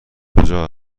کجا